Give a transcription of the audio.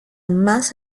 más